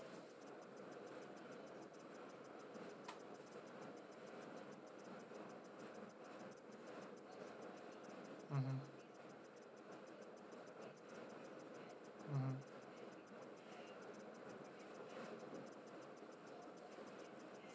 mmhmm mmhmm